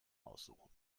aussuchen